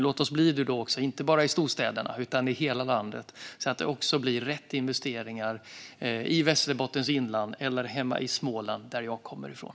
Låt oss bli fossilfria, inte bara i storstäderna utan i hela landet! Det handlar om att det blir rätt investeringar i Västerbottens inland och i Småland, som jag kommer ifrån.